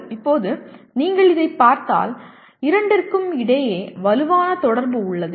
இப்போது நீங்கள் இதைப் பார்த்தால் இரண்டிற்கும் இடையே வலுவான தொடர்பு உள்ளது